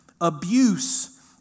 Abuse